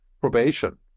probation